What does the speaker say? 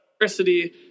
electricity